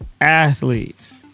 athletes